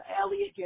Elliot